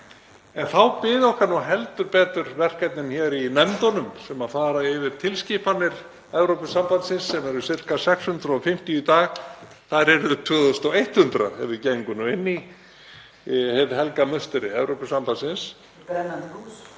En þá biðu okkar nú heldur betur verkefnin í nefndunum sem fara yfir tilskipanir Evrópusambandsins sem eru sirka 650 í dag. Þær yrðu 2.100 ef við gengjum inn í hið helga musteri Evrópusambandsins.